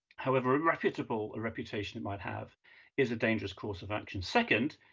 however reputable a reputation it might have is a dangerous course of action. second,